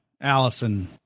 Allison